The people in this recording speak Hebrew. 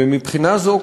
ומבחינה זו,